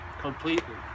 completely